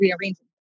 rearranging